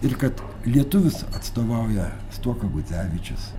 ir kad lietuvius atstovauja stuoka gucevičius